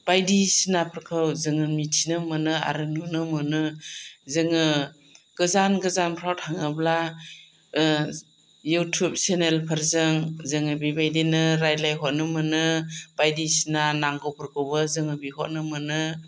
बायदिसिनाफोरखौ जोङो मिथिनो मोनो आरो नुनो मोनो जोङो गोजान गोजानफोराव थाङोब्ला युटुब सेनेलफोरजों जोङो बेबायदिनो रायज्लायहरनो मोनो बायदिसिना नांगौफोरखौबो जोङो बिहरनो मोनो